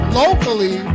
locally